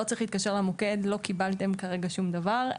לא צריך להתקשר למוקד אם לא קיבלתם כרגע שום דבר.